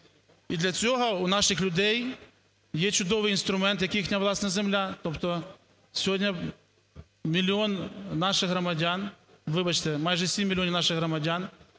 І для цього у наших людей є чудовий інструмент як їхня власна земля. Тобто сьогодні мільйон наших громадян,